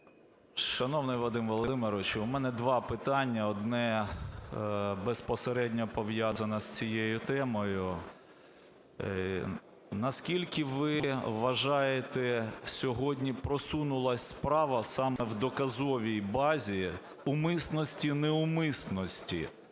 Шановний Вадим Володимирович, у мене два питання, одне безпосередньо пов'язане з цією темою. Наскільки ви вважаєте сьогодні просунулась справа саме в доказовій базі умисності-неумисності